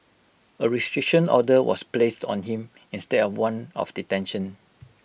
A restriction order was placed on him instead of one of detention